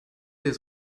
der